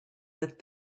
that